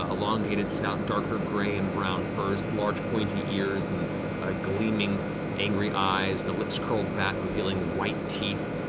ah elongated snout, darker gray and brown furs, large pointy ears and gleaming angry eyes, the lips curled back revealing white teeth.